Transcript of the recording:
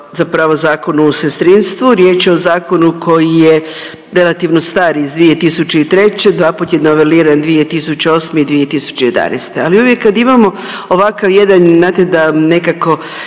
zapravo Zakonu o sestrinstvu, riječ je o zakonu koji je relativno star iz 2003., dva put je noveliran 2008. i 2011.. Ali uvijek kad imamo ovakav jedan znate da nekako